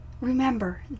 remember